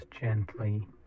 gently